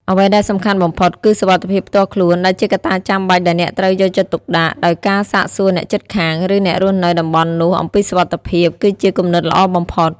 អ្វីដែលសំខាន់បំផុត គឺសុវត្ថិភាពផ្ទាល់ខ្លួន ដែលជាកត្តាចាំបាច់ដែលអ្នកត្រូវយកចិត្តទុកដាក់ ដោយការសាកសួរអ្នកជិតខាង ឬអ្នករស់នៅតំបន់នោះអំពីសុវត្ថិភាព គឺជាគំនិតល្អបំផុត។